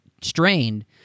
strained